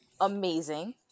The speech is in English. amazing